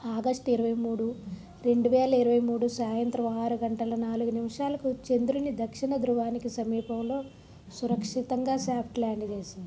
August ఇరవైమూడు రెండువేల ఇరవైమూడు సాయంతరం ఆరు గంటల నాలుగు నిమిషాలకు చంద్రుని దక్షిణ ద్రువానికి సమీపంలో సురక్షితంగా సాఫ్ట్ ల్యాండ్ చేసింది